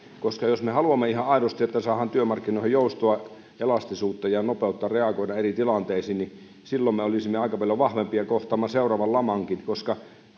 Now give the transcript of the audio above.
jos me haluamme ihan aidosti että saadaan työmarkkinoihin joustoa elastisuutta ja nopeutta reagoida eri tilanteisiin silloin me olisimme aika paljon vahvempia kohtaamaan seuraavan lamankin koska